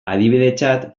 adibidetzat